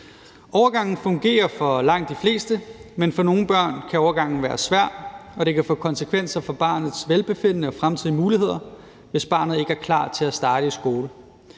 Overgangen fungerer for langt de fleste, men for nogle børn kan overgangen være svær, og det kan få konsekvenser for barnets velbefindende og fremtidige muligheder, hvis barnet ikke er klar til at starte i skole.